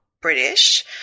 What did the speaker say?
British